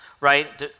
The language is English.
right